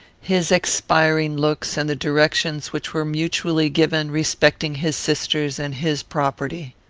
his expiring looks and the directions which were mutually given respecting his sister's and his property.